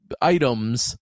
items